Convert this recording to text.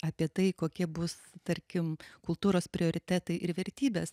apie tai kokie bus tarkim kultūros prioritetai ir vertybės